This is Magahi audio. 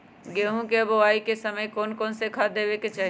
गेंहू के बोआई के समय कौन कौन से खाद देवे के चाही?